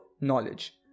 knowledge